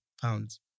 pounds